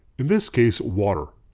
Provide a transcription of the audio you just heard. in this case water.